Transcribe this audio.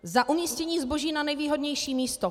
Za umístění zboží na nejvýhodnější místo.